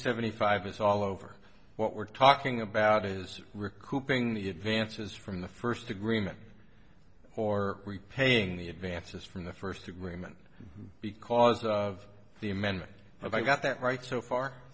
seventy five is all over what we're talking about is recouping the advances from the first agreement or repaying the advances from the first agreement because of the amendment i got that right so far